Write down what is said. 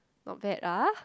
not bad ah